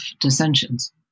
dissensions